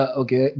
okay